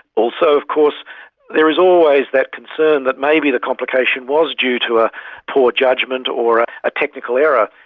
also of course there is always that concern that maybe the complication was due to a poor judgement or a technical error,